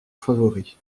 favori